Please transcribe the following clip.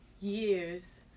years